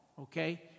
okay